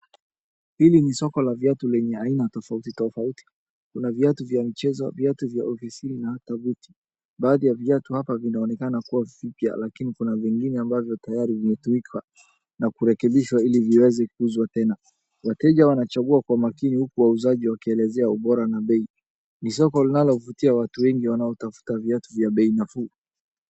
Hili ni soko la viatu lenye aina tofauti tofauti. Kuna viatu vya michezo, viatu vya ofisini na hata buti. Baadhi ya viatu hapa vinawaonekana kuwa vipya, lakini kuna vingine ambavyo tayari vimetumika na kurekebishwa ili viweze kuuzwa tena. Wateja wanachagua kwa makini huku wauzaji wakielezea ubora na bei. Ni soko linalovutia watu wengi wanaotafuta viatu vya bei nafuu.